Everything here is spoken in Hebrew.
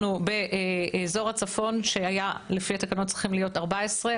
באזור הצפון שלפי התקנות היו צריכים להיות 14,